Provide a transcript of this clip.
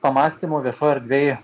pamąstymų viešoj erdvėj